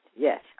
Yes